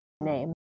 name